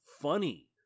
funny